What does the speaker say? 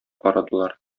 карадылар